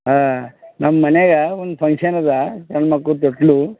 ಹಾಂ ನಮ್ಮ ಮನೆಗೆ ಒಂದು ಫಂಕ್ಷನ್ ಅದೆ ಸಣ್ಣ ಮಕ್ಳು ತೊಟ್ಟಿಲು